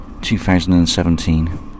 2017